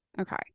okay